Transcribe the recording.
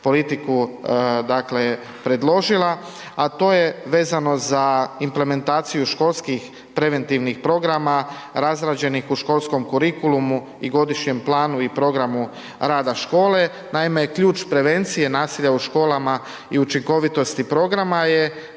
politiku, dakle, predložila, a to je vezano za implementaciju školskih preventivnih programa razrađenih u školskom kurikulumu i godišnjem planu i programu rada škole. Naime, ključ prevencije nasilja u školama i učinkovitosti programa je